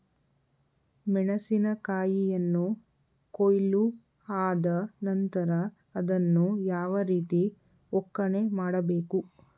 ಮೆಣಸಿನ ಕಾಯಿಯನ್ನು ಕೊಯ್ಲು ಆದ ನಂತರ ಅದನ್ನು ಯಾವ ರೀತಿ ಒಕ್ಕಣೆ ಮಾಡಬೇಕು?